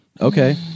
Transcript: okay